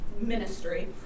ministry